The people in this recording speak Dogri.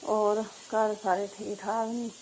और घर सारे ठीक ठाक नां